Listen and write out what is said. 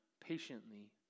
patiently